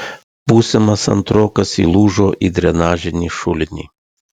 būsimas antrokas įlūžo į drenažinį šulinį